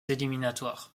éliminatoires